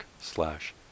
slash